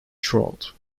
trout